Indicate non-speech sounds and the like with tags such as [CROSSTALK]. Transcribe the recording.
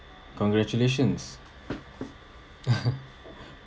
congratulations [LAUGHS]